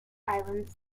islands